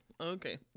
Okay